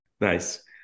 Nice